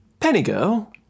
Pennygirl